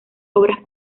obras